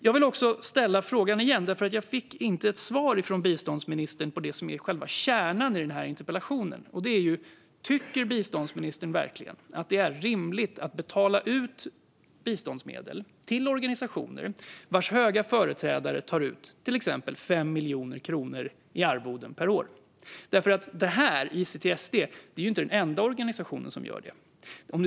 Jag fick inte svar från biståndsministern angående det som är själva kärnan i interpellationen, så jag ställer om frågan: Tycker biståndsministern verkligen att det är rimligt att betala ut biståndsmedel till organisationer vars höga företrädare tar ut till exempel 5 miljoner kronor i arvoden per år? ICTSD är ju inte den enda organisation som gör det.